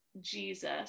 Jesus